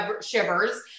shivers